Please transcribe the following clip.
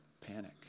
panic